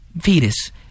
fetus